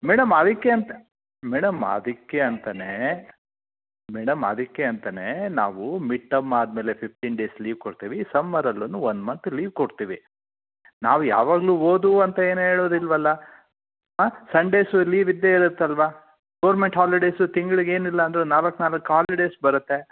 madam ಅದಕ್ಕೆ ಅಂತ madam ಅದಕ್ಕೆ ಅಂತಲೇ ಮೇಡಮ್ ಅದಕ್ಕೆ ಅಂತಲೇ ನಾವು ಮಿಡ್ಟಮ್ ಆದಮೇಲೆ ಫಿಫ್ಟೀನ್ ಡೇಸ್ ಲೀವ್ ಕೊಡ್ತೀವಿ ಸಮ್ಮರಲ್ಲೂ ಒನ್ ಮಂತ್ ಲೀವ್ ಕೊಡ್ತೀವಿ ನಾವು ಯಾವಾಗ್ಲೂ ಓದು ಅಂತ ಏನು ಹೇಳೋದಿಲ್ವಲ್ಲಾ ಆಂ ಸಂಡೇಸು ಲೀವ್ ಇದ್ದೇ ಇರುತ್ತಲ್ವಾ ಗೌರ್ಮೆಂಟ್ ಹಾಲಿಡೇಸು ತಿಂಗ್ಳಿಗೆ ಏನಿಲ್ಲ ಅಂದ್ರೂ ನಾಲ್ಕು ನಾಲ್ಕು ಹಾಲಿಡೇಸ್ ಬರುತ್ತೆ